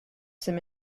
some